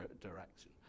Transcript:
direction